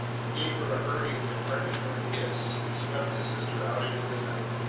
he gave her a hurried deprecatory kiss, and swept his sister out into the night.